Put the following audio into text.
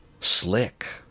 Slick